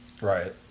Right